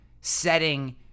setting